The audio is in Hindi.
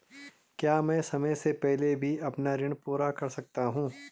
क्या मैं समय से पहले भी अपना ऋण पूरा कर सकता हूँ?